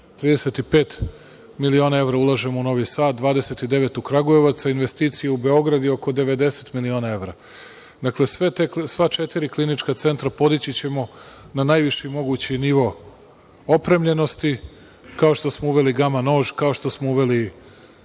pet miliona evra ulažemo u Novi Sad, 29 u Kragujevac, a investicije u Beograd je oko 90 miliona evra. Dakle, sva četiri klinička centra podići ćemo na najviši mogući nivo opremljenosti, kao što smo uveli gama nož, kao što smo uveli